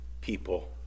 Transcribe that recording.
people